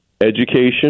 education